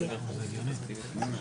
לך פנינה,